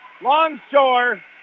Longshore